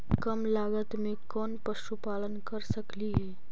कम लागत में कौन पशुपालन कर सकली हे?